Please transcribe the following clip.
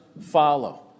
follow